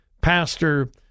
Pastor